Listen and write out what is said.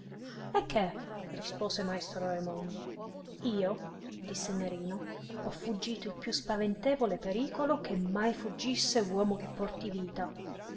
e che rispose maestro raimondo io disse nerino ho fuggito il più spaventevole pericolo che mai fuggisse uomo che porti vita